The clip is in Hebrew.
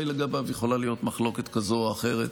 לגביו יכולה להיות מחלוקת כזאת או אחרת.